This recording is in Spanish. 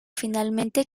finalmente